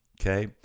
Okay